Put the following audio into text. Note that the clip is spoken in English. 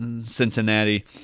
Cincinnati